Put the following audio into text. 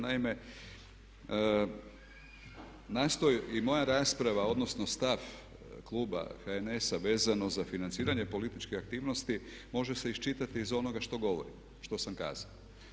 Naime, i moja rasprava odnosno stav kluba HNS-a vezano za financiranje političkih aktivnosti može se iščitati iz onoga što govorim, što sam kazao.